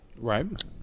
Right